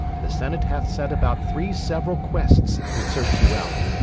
the senate hath sent about three several quests to search you out.